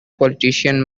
politician